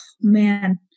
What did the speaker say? man